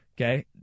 Okay